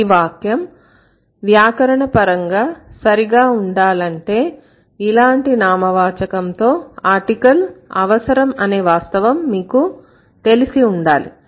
ఈ వాక్యం వ్యాకరణపరంగా సరిగా ఉండాలంటే ఇలాంటి నామవాచకం తో ఆర్టికల్ అవసరం అనే వాస్తవం మీకు తెలిసి ఉండాలి